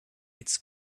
its